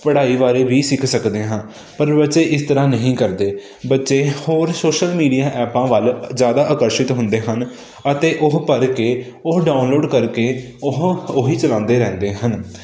ਪੜ੍ਹਾਈ ਬਾਰੇ ਵੀ ਸਿੱਖ ਸਕਦੇ ਹਾਂ ਪਰ ਬੱਚੇ ਇਸ ਤਰ੍ਹਾਂ ਨਹੀਂ ਕਰਦੇ ਬੱਚੇ ਹੋਰ ਸ਼ੋਸ਼ਲ ਮੀਡੀਆ ਐਪਾਂ ਵੱਲ ਜ਼ਿਆਦਾ ਆਕਰਸ਼ਿਤ ਹੁੰਦੇ ਹਨ ਅਤੇ ਉਹ ਭਰ ਕੇ ਉਹ ਡਾਊਨਲੋਡ ਕਰਕੇ ਉਹ ਉਹੀ ਚਲਾਉਂਦੇ ਰਹਿੰਦੇ ਹਨ